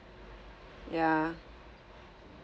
yeah